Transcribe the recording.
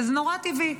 וזה נורא טבעי,